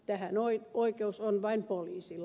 tähän oikeus on vain poliisilla